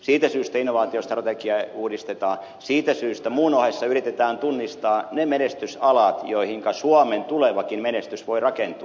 siitä syystä innovaatiostrategia uudistetaan siitä syystä muun ohessa yritetään tunnistaa ne menestysalat joihinka suomen tulevakin menestys voi rakentua